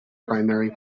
primary